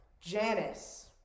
Janice